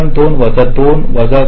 2 वजा 2 वजा 0